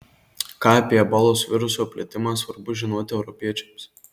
ką apie ebolos viruso plitimą svarbu žinoti europiečiams